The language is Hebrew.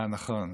אה, נכון.